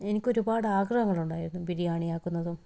എനിക്ക് ഒരുപാട് ആഗ്രഹങ്ങള് ഉണ്ടായിരുന്നു ബിരിയാണി ആക്കുന്നതും